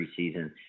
preseason